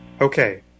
Okay